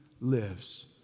lives